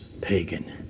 pagan